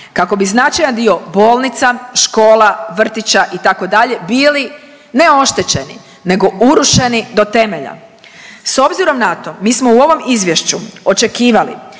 kako bi značajan dio bolnica, škola, vrtića itd. bili ne oštećeni nego urušeni do temelja. S obzirom na to mi smo u ovom izvješću očekivali